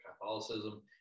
Catholicism